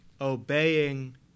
obeying